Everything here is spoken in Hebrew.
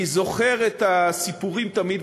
אני זוכר את הסיפורים שסיפרו תמיד,